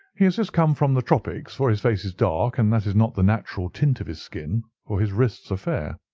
he has just come from the tropics, for his face is dark, and that is not the natural tint of his skin, for his wrists are fair.